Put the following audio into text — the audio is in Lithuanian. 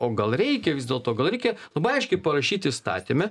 o gal reikia vis dėlto gal reikia labai aiškiai parašyt įstatyme